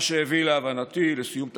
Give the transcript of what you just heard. מה שהביא, להבנתי, לסיום תפקידי.